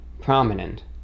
prominent